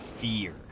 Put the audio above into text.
fear